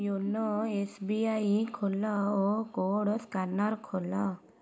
YONO S B I ଖୋଲ ଓ code scanner ଖୋଲ